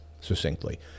succinctly